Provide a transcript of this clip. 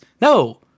No